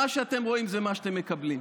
מה שאתם רואים, זה מה שאתם מקבלים.